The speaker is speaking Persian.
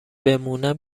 بمونم